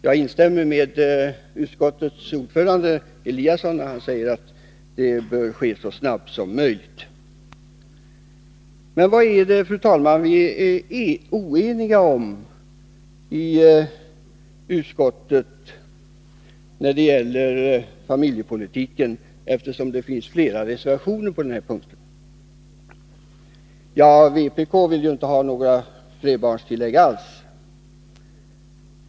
Jag instämmer med utskottets ordförande, Ingemar Eliasson, när han säger att det bör ske så snabbt som möjligt. Men vad är det, fru talman, vi är oeniga om i utskottet när det gäller familjepolitiken, eftersom det finns flera reservationer på den här punkten? Vpk vill inte ha något flerbarnstillägg alls.